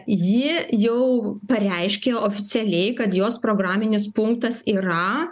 ji jau pareiškė oficialiai kad jos programinis punktas yra